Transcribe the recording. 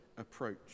approach